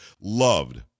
Loved